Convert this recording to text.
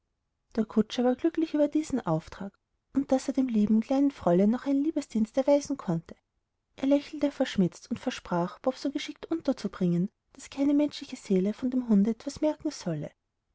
der kutscher war glücklich über diesen auftrag und daß er dem lieben kleinen fräulein noch einen liebesdienst erweisen konnte er lächelte verschmitzt und versprach bob so geschickt unterzubringen daß keine menschliche seele von dem hunde etwas merken solle